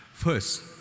First